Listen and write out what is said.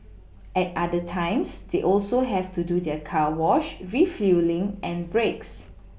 at other times they also have to do their car wash refuelling and breaks